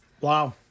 Wow